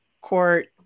court